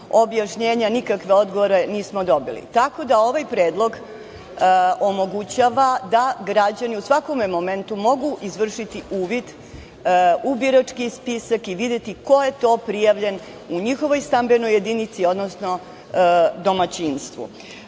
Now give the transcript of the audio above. objašnjenja. Nikakve odgovore nismo dobili. Ovaj predlog omogućava da građani u svakom momentu mogu izvršiti uvid u birački spisak i videti ko je to prijavljen u njihovoj stambenoj jedinici, odnosno domaćinstvu. Javna